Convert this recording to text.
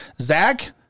Zach